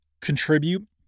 contribute